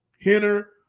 Henner